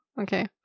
okay